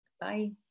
Bye